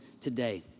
today